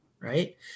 right